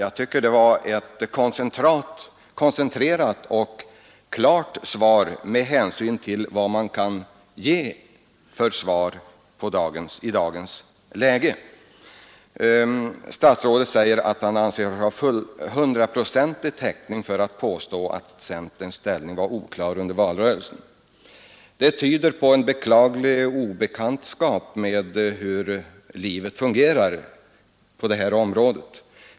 Jag tycker att det var ett koncentrerat och klart svar med hänsyn till möjligheterna att ge ett svar i dagens läge. Statsrådet sade att han anser sig ha hundraprocentig täckning för att påstå att centerns inställning var oklar under valrörelsen. Det tyder på en beklaglig obekantskap med hur livet fungerar på det här området.